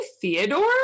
theodore